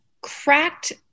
cracked